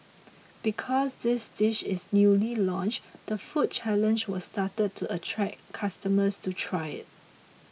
because this dish is newly launched the food challenge was started to attract customers to try it